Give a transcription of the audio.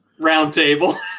roundtable